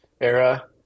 era